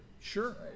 Sure